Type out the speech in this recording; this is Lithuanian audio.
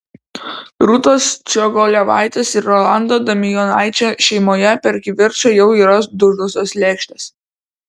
rūtos ščiogolevaitės ir rolando damijonaičio šeimoje per kivirčą jau yra dužusios lėkštės